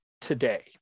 today